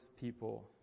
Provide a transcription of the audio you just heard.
people